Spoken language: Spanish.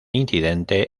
incidente